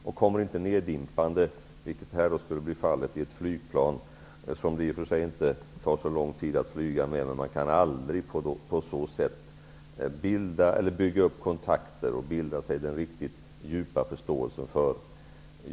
Man kommer inte nerdimpande, vilket här skulle vara fallet, i ett flygplan -- i och för sig tar det inte så lång tid att flyga. Man kan dock aldrig bilda eller bygga upp kontakter och skaffa sig en riktigt djup förståelse för dessa saker.